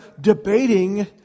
debating